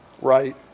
right